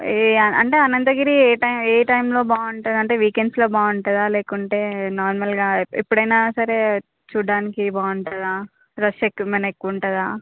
ఈ అంటే అనంతగిరి ఏ టైమ్ ఏ టైంలో బాగుంటుంది అంటే వీకెండ్స్లో బాగుంటుందా లేకుంటే నార్మల్గా ఎప్పుడైన సరే చూడడానికి బాగుంటుందా రష్ ఎక్కుమమైన ఎక్కువ ఉంటుందా